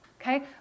okay